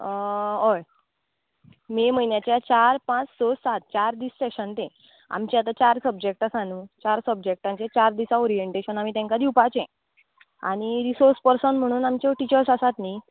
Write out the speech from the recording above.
हय मे म्हयन्याच्या चार पांच स सात चार दीस सॅशन तें आमचें आतां चार सब्जॅक्ट आसा न्हय चार सब्जॅक्टांचें चार दिसा ओरयँटेशन आमी तेंकां दिवपाचें आनी रिसोस पसन म्हणून आमच्यो टिचस आसात न्हय